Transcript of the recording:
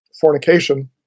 fornication